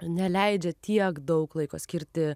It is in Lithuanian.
neleidžia tiek daug laiko skirti